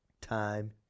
Time